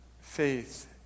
faith